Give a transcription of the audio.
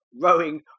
rowing